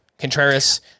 Contreras